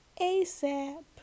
ASAP